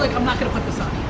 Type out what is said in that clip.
i'm not gonna put this on.